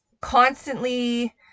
constantly